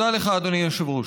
תודה לך, אדוני היושב-ראש.